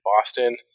Boston